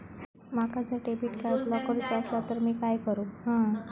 माका जर debit card block करूचा असला तर मी काय करू?